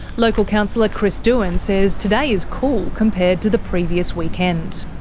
local councillor chris doohan says today is cool compared to the previous weekend.